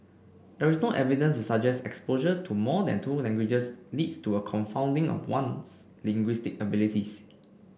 there is no evidence to suggest exposure to more than two languages leads to a confounding of one's linguistic abilities